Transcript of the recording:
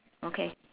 okay